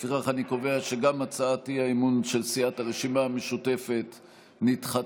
לפיכך אני קובע שגם הצעת האי-אמון של סיעת הרשימה המשותפת נדחתה.